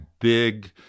big